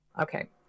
Okay